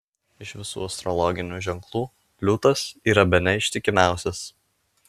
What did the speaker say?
iš visų astrologinių ženklų liūtas yra bene ištikimiausias